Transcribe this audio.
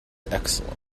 excellent